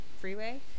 freeway